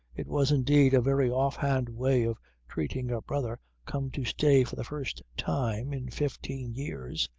it was indeed a very off hand way of treating a brother come to stay for the first time in fifteen years.